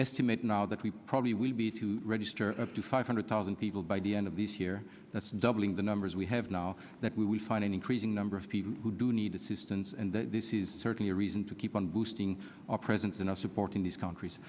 estimate now that we probably will be to register up to five hundred thousand people by the end of this year that's doubling the numbers we have now that we find an increasing number of people who do need assistance and this is certainly a reason to keep on boosting our presence and supporting these countries